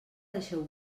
deixeu